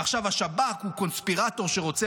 עכשיו השב"כ הוא קונספירטור שרוצה